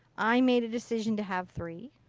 i made a decision to have three.